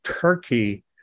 Turkey